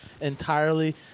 entirely